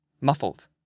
muffled